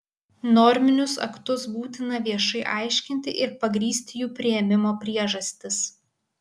norminius aktus būtina viešai aiškinti ir pagrįsti jų priėmimo priežastis